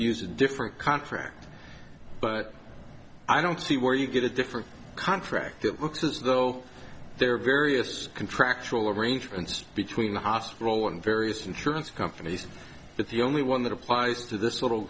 a different contract but i don't see where you get a different contract it looks as though there are various contractual arrangements between the hospital and various insurance companies but the only one that applies to this little